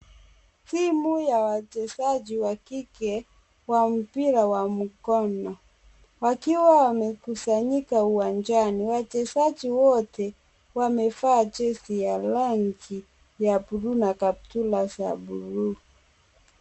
Timu ya wachezaji wa kike wa mpira wa mkono wakiwa wamekusanyika uwanjani. Wachezaji wote wamevaa jezi ya rangi ya bluu na kaptula za bluu.